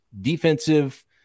defensive